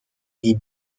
die